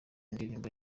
indirimbo